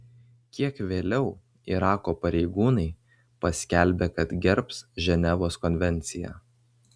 kiek vėliau irako pareigūnai paskelbė kad gerbs ženevos konvenciją